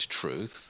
truth